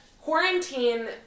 quarantine